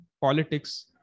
politics